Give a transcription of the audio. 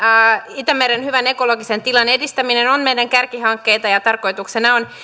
itämeren hyvän ekologisen tilan edistäminen on meidän kärkihankkeita ja tarkoituksena on